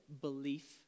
belief